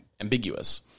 ambiguous